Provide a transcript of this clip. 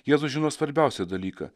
jėzus žino svarbiausią dalyką